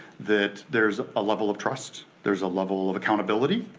that there's a level of trust, there's a level of accountability,